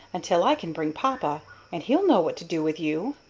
until i can bring papa and he'll know what to do with you!